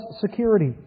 security